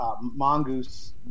mongoose